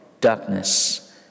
darkness